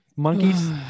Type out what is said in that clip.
monkeys